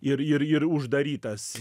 ir ir ir uždarytas